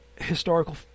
historical